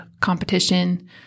competition